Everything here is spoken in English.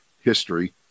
history